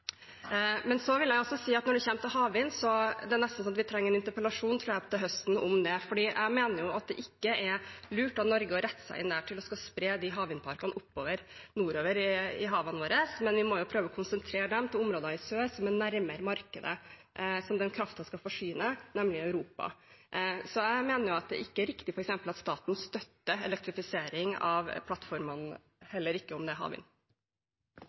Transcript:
Så vil jeg si at når det kommer til havvind, tror jeg vi trenger en interpellasjon til høsten om det. Jeg mener at det ikke er lurt av Norge å rette seg inn mot å spre de havvindparkene oppover, nordover i havene våre, men vi må prøve å konsentrere dem til områder i sør som er nærmere markedet som den kraften skal forsyne er, nemlig Europa. Så jeg mener f.eks. ikke at det er riktig at staten støtter elektrifisering av plattformene våre, heller ikke om det